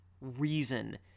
reason